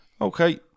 Okay